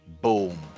Boom